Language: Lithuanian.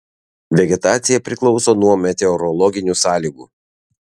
vegetacija priklauso nuo meteorologinių sąlygų